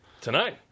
Tonight